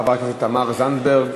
חברת הכנסת תמר זנדברג,